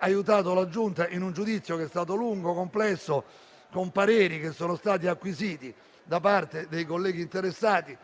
aiutato la Giunta in un giudizio che è stato lungo e complesso, con pareri che sono stati acquisiti da parte dei colleghi interessati,